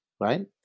right